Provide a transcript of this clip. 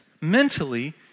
mentally